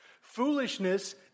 Foolishness